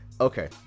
Okay